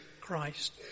Christ